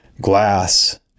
Glass